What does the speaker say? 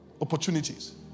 opportunities